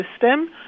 system